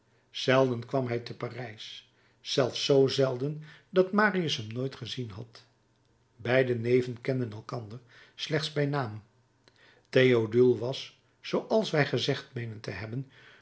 zelden kwam hij te parijs zelfs zoo zelden dat marius hem nooit gezien had beide neven kenden elkander slechts bij naam théodule was zooals wij gezegd meenen te hebben